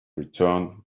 return